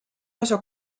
osa